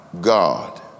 God